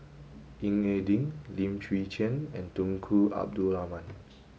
Ying E Ding Lim Chwee Chian and Tunku Abdul Rahman